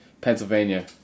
Pennsylvania